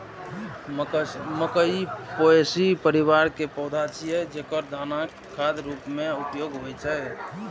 मकइ पोएसी परिवार के पौधा छियै, जेकर दानाक खाद्य रूप मे उपयोग होइ छै